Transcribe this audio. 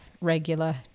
regular